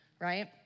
right